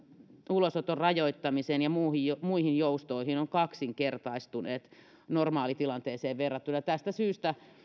ulosoton rajoittamiseen ja muihin joustoihin ovat kaksinkertaistuneet normaalitilanteeseen verrattuna tästä syystä